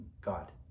God